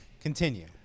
continue